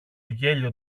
γέλιο